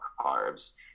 carbs